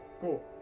cool